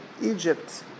Egypt